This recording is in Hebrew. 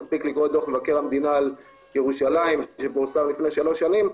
מספיק לקרוא את דוח מבקר המדינה על ירושלים שפורסם לפני שלוש שנים.